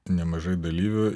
nemažai dalyvių